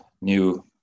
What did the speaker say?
new